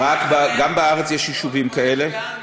גם בארץ יש יישובים כאלה.